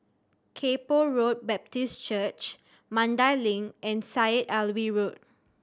Kay Poh Road Baptist Church Mandai Link and Syed Alwi Road